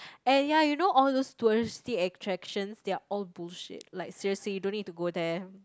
and ya you know all those touristy attraction they are all bullshit like seriously you don't need to go there